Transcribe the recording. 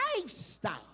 lifestyle